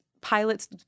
pilots